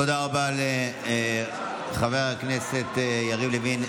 תודה רבה לחבר הכנסת יריב לוין,